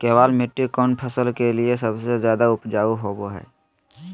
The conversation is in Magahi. केबाल मिट्टी कौन फसल के लिए सबसे ज्यादा उपजाऊ होबो हय?